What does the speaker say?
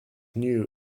new